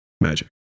Magic